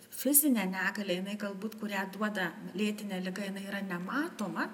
fizinė negalia jinai galbūt kurią duoda lėtinė liga jinai yra nematoma